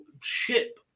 ship